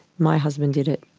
my husband did it.